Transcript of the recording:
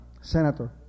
senator